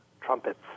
trumpets